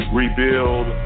rebuild